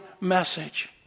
message